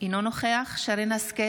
אינו נוכח שרן מרים השכל,